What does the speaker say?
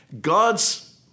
God's